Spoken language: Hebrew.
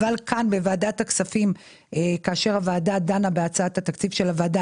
אבל כאשר ועדת הכספים דנה בהצעת התקציב של הוועדה,